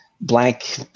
blank